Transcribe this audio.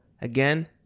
again